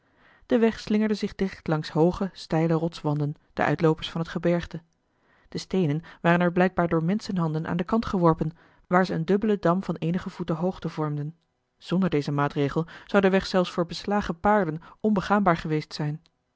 de weg slingerde zich dicht langs hooge steile rotswanden de uitloopers van het gebergte de steenen waren er blijkbaar door menschenhanden aan den kant geworpen waar ze een dubbelen dam van eenige voeten hoogte vormden zonder dezen maatregel zou de weg zelfs voor beslagen paarden onbegaanbaar geweest zijn